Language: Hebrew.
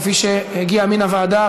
כפי שהגיע מן הוועדה,